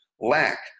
lack